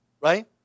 Right